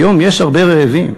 היום יש הרבה רעבים.